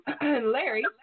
Larry